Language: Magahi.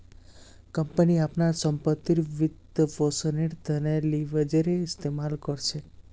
कंपनी अपनार संपत्तिर वित्तपोषनेर त न लीवरेजेर इस्तमाल कर छेक